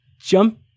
jump